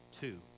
two